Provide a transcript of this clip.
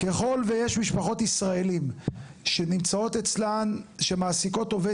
ככל שיש משפחות ישראלים שמעסיקות עובד